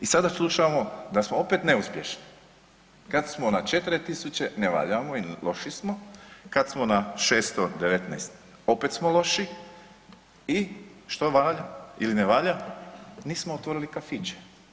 I sada slušamo da smo opet neuspješni, kad smo na 4.000 ne valjamo i loši smo, kad smo na 619 opet smo loši i što valja ili ne valja, nismo otvorili kafiće.